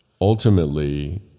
ultimately